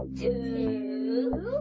two